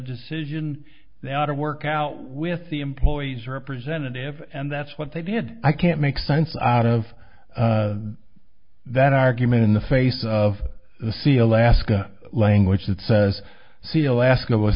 decision they out of work out with the employees representative and that's what they did i can't make sense out of that argument in the face of the sea alaska language that says see alaska was